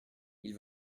ils